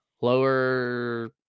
lower